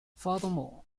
furthermore